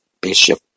Bishop